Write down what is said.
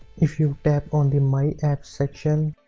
if you tap on the my apps section,